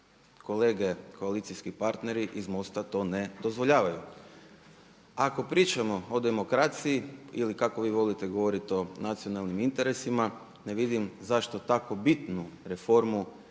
kolege koalicijski partneri iz MOST-a to ne dozvoljavaju. Ako pričamo o demokraciji ili kako vi volite govoriti o nacionalnim interesima ne vidim zašto tako bitnu reformu